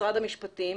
משרד המשפטים,